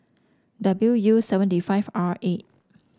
W U seventy five R eight